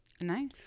Nice